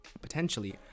potentially